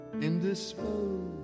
indisposed